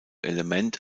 element